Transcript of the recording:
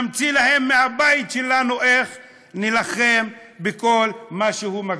נמציא להם מהבית שלנו איך נילחם בכל מה שהוא מגדיר.